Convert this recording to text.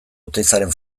oteizaren